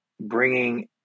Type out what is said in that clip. bringing